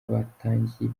batangiye